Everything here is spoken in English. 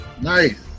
Nice